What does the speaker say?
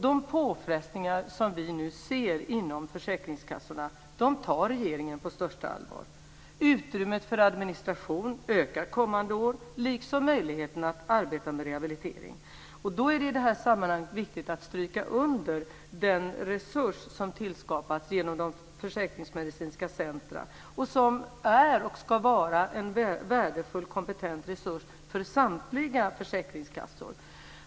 De påfrestningar som vi nu ser inom försäkringskassorna tar regeringen på största allvar. Utrymmet för administration ökar kommande år, liksom möjligheterna att arbeta med rehabiliteringar. Då är det i det här sammanhanget viktigt att stryka under den resurs som tillskapas genom de försäkringsmedicinska centrum som är och ska vara en värdefull kompetent resurs för samtliga försäkringskassor.